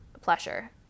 pleasure